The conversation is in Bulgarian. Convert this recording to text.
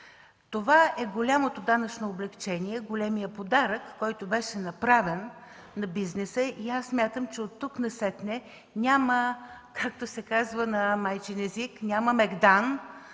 Това е голямото данъчно облекчение, големият подарък, който беше направен на бизнеса и аз смятам, че от тук насетне, както се казва на майчин език, няма мегдан